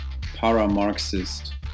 para-Marxist